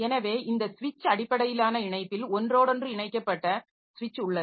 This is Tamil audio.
எனவே இந்த ஸ்விட்ச் அடிப்படையிலான இணைப்பில் ஒன்றோடொன்று இணைக்கப்பட்ட ஸ்விட்ச் உள்ளது